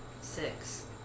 Six